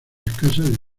escasas